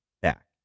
back